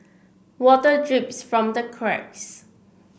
water drips from the cracks